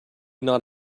not